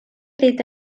dit